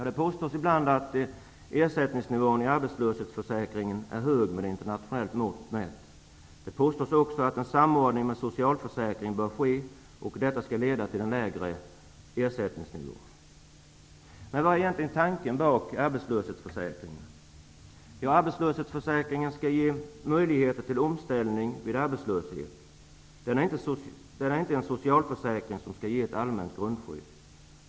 Det påstås ibland att ersättningsnivån i arbetslöshetsförsäkringen är hög med internationellt mått mätt. Det påstås också att en samordning med socialförsäkringarna bör ske, och detta skall leda till en lägre ersättningsnivå. Vad är tanken bakom arbetslöshetsförsäkringen? Den skall ge möjlighet till omställning vid arbetslöshet. Den är inte en socialförsäkring som skall ge ett allmänt grundskydd.